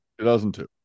2002